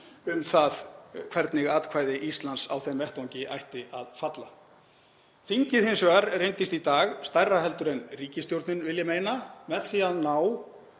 um það hvernig atkvæði Íslands á þeim vettvangi ætti að falla. Þingið reyndist hins vegar í dag stærra heldur en ríkisstjórnin, vil ég meina, með því að ná